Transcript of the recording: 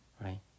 Right